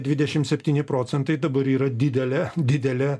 dvidešim septyni procentai dabar yra didelė didelė